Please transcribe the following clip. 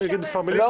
מישהו רוצה להתייחס?